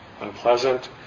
unpleasant